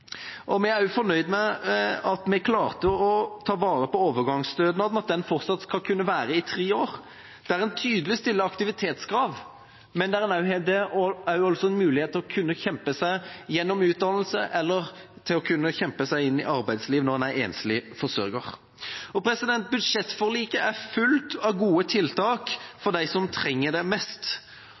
med. Vi er også fornøyd med at vi klarte å ta vare på overgangsstønaden, og at den fortsatt skal kunne være for tre år, der en tydelig stiller aktivitetskrav, men der det også er en mulighet for å kunne kjempe seg gjennom utdannelse, eller for å kunne kjempe seg inn i arbeidsliv når en er enslig forsørger. Budsjettforliket er fullt av gode tiltak for dem som trenger det mest.